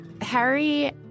Harry